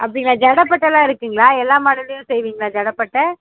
அப்படிங்களா ஜடைபட்டெல்லாம் இருக்குதுங்களா எல்லா மாடல்லேயும் செய்வீங்களா ஜடைபட்ட